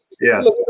Yes